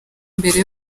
mbere